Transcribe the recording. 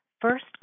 First